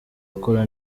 akora